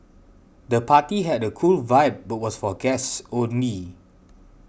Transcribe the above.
the party had a cool vibe but was for guests only